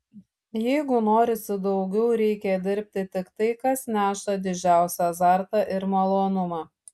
jeigu norisi daugiau reikia dirbti tik tai kas neša didžiausią azartą ir malonumą